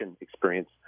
experience